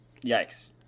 Yikes